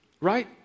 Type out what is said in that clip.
right